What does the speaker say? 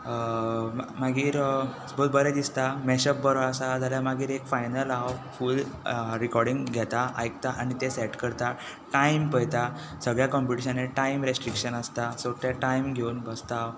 मागीर सपोज बरें दिसता मॅशअप बरो आसा जाल्यार मागीर एक फायनल हांव फूल रिकोडींग घेता आयकता आनी तें सेट करता टायम पळयता सगल्या कॉमपिटीशनांनी टायम रेसट्रिकशन आसता सो ते टायम घेवन बसता